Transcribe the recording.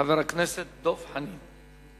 חבר הכנסת דב חנין.